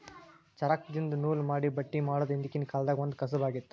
ಚರಕ್ದಿನ್ದ ನೂಲ್ ಮಾಡಿ ಬಟ್ಟಿ ಮಾಡೋದ್ ಹಿಂದ್ಕಿನ ಕಾಲ್ದಗ್ ಒಂದ್ ಕಸಬ್ ಆಗಿತ್ತ್